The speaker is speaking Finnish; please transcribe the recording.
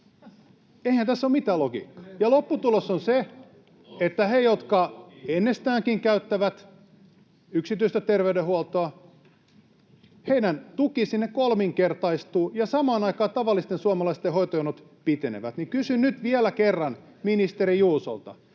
ryhmästä] Ja lopputulos on se, että heidän, jotka ennestäänkin käyttävät yksityistä terveydenhuoltoa, tukensa sinne kolminkertaistuu ja samaan aikaan tavallisten suomalaisten hoitojonot pitenevät. Kysyn nyt vielä kerran ministeri Juusolta: